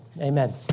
amen